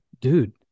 dude